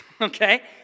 okay